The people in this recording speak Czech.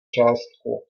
částku